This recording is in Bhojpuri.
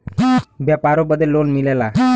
व्यापारों बदे लोन मिलला